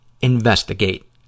investigate